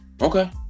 Okay